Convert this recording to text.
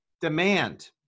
demand